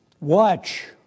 Watch